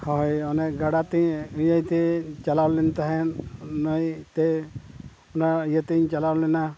ᱦᱳᱭ ᱚᱱᱮ ᱜᱟᱰᱟᱛᱮ ᱤᱭᱟᱹᱛᱮ ᱪᱟᱞᱟᱣ ᱞᱮᱱ ᱛᱟᱦᱮᱱ ᱱᱟᱹᱭ ᱛᱮ ᱚᱱᱟ ᱤᱭᱟᱹᱛᱮᱧ ᱪᱟᱞᱟᱣ ᱞᱮᱱᱟ